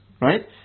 right